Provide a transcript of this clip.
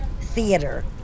theater